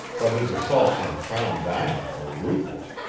but his assaults on crown diamond were ruthless.